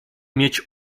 mieć